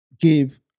give